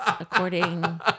according